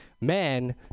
men